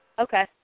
Okay